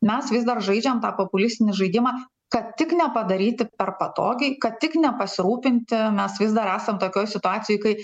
mes vis dar žaidžiam tą populistinį žaidimą kad tik nepadaryti per patogiai kad tik nepasirūpinti mes vis dar esam tokioj situacijoj kai